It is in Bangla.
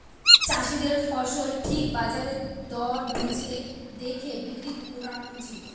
চাষীদের ফসল ঠিক বাজার দর বুঝে দেখে বিক্রি কোরা উচিত